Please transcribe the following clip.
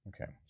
Okay